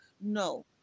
No